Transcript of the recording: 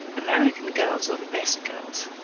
american girls are the best girls,